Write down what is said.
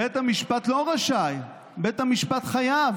בית המשפט לא רשאי, בית המשפט חייב,